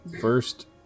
first